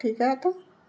ठीक आहे आता